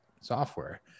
software